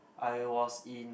I was in